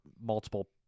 multiple